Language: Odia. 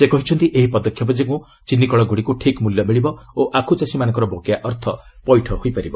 ସେ କହିଛନ୍ତି ଏହି ପଦକ୍ଷେପ ଯୋଗୁଁ ଚିନିକଳଗୁଡ଼ିକୁ ଠିକ୍ ମୂଲ୍ୟ ମିଳିବ ଓ ଆଖୁଚାଷୀମାନଙ୍କର ବକେୟା ଅର୍ଥ ପୈଠ ହୋଇପାରିବ